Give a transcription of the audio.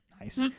Nice